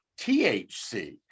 THC